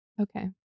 Okay